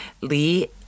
Lee